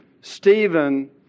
Stephen